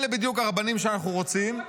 אלה בדיוק הרבנים שאנחנו רוצים,